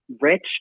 rich